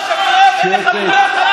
אתה שקרן.